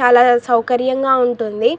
చాలా సౌకర్యంగా ఉంటుంది